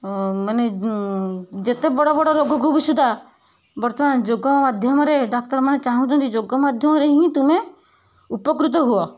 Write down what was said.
ମାନେ ଯେତେ ବଡ଼ ବଡ଼ ରୋଗକୁ ବି ସୁଦ୍ଧା ବର୍ତ୍ତମାନ ଯୋଗ ମାଧ୍ୟମରେ ଡାକ୍ତରମାନେ ଚାହୁଁଛନ୍ତି ଯୋଗ ମାଧ୍ୟମରେ ହିଁ ତୁମେ ଉପକୃତ ହୁଅ